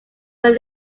were